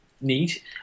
neat